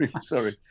Sorry